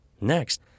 Next